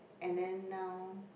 and then now